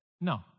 No